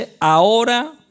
Ahora